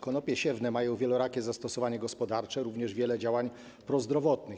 Konopie siewne mają wielorakie zastosowanie gospodarcze, również wiele działań prozdrowotnych.